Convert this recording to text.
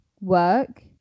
work